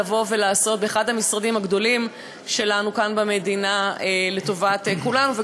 לבוא ולעשות באחד המשרדים הגדולים שלנו כאן במדינה לטובת כולנו.